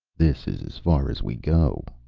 this is as far as we go!